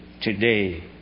today